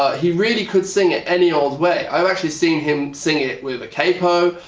he really could sing it any old way. i've actually seen him sing it with a capo.